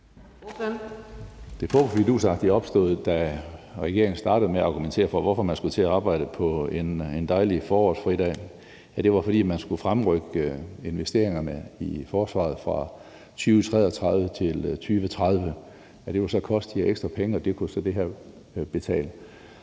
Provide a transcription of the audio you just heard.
Det fup og fidus-agtige opstod, da regeringen startede med at argumentere for, hvorfor man skulle til at arbejde på en dejlig forårsfridag, altså det var, fordi man skulle fremrykke investeringerne i forsvaret fra 2033 til 2030. Det ville koste de her ekstra penge, og det kunne det her så betale.